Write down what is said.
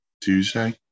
Tuesday